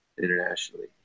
internationally